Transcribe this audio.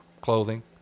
clothing